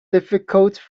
difficult